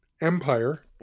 Empire